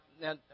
now